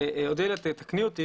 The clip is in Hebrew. אודליה, תקני אותי